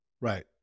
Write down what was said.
Right